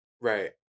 Right